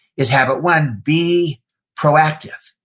is habit one, be proactive.